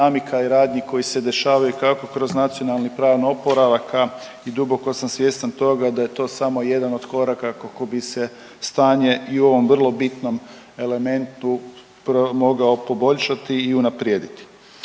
i radnji koji se dešavaju i kako kroz Nacionalni plan oporavaka i duboko sam svjestan toga da je to samo jedan od koraka kako bi se stanje i u ovom vrlo bitnom elementu mogao poboljšati i unaprijediti.